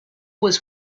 was